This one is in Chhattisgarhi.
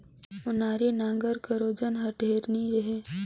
ओनारी नांगर कर ओजन हर ढेर नी रहें